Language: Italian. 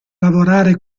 lavorare